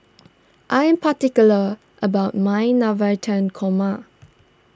I am particular about my Navratan Korma